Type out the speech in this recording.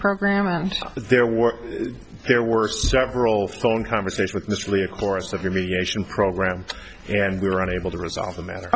program and there were there were several phone conversation with this really of course of your mediation program and we were unable to resolve the matter